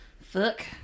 Fuck